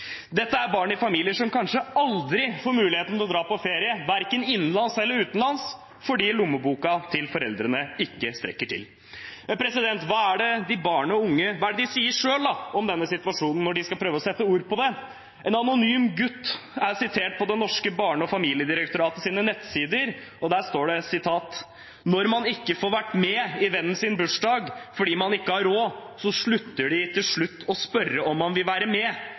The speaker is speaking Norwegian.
Dette er barn i familier som kanskje aldri får muligheten til å dra på ferie, verken innenlands eller utenlands, fordi lommeboka til foreldrene ikke strekker til. Hva sier barna og de unge selv om denne situasjonen når de skal prøve å sette ord på det? En anonym gutt er sitert på det norske barne- og familiedirektoratets nettsider. Der står det: «Når man ikke får vært med i vennen din sin bursdag fordi man ikke har råd, slutter de til slutt å spørre om man vil være med.